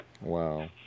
Wow